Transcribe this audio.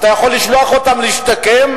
אתה יכול לשלוח אותם להשתקם,